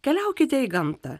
keliaukite į gamtą